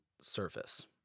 surface